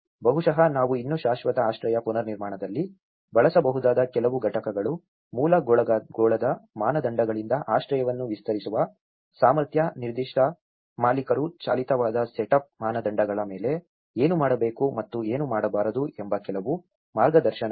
ಬಹುಶಃ ನಾವು ಇನ್ನೂ ಶಾಶ್ವತ ಆಶ್ರಯ ಪುನರ್ನಿರ್ಮಾಣದಲ್ಲಿ ಬಳಸಬಹುದಾದ ಕೆಲವು ಘಟಕಗಳು ಮೂಲ ಗೋಳದ ಮಾನದಂಡಗಳಿಂದ ಆಶ್ರಯವನ್ನು ವಿಸ್ತರಿಸುವ ಸಾಮರ್ಥ್ಯ ನಿರ್ದಿಷ್ಟ ಮಾಲೀಕರು ಚಾಲಿತವಾದ ಸೆಟಪ್ ಮಾನದಂಡಗಳ ಮೇಲೆ ಏನು ಮಾಡಬೇಕು ಮತ್ತು ಏನು ಮಾಡಬಾರದು ಎಂಬ ಕೆಲವು ಮಾರ್ಗದರ್ಶನಗಳು